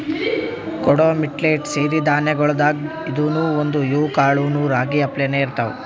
ಕೊಡೊ ಮಿಲ್ಲೆಟ್ ಸಿರಿ ಧಾನ್ಯಗೊಳ್ದಾಗ್ ಇದೂನು ಒಂದು, ಇವ್ ಕಾಳನೂ ರಾಗಿ ಅಪ್ಲೇನೇ ಇರ್ತಾವ